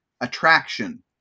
attraction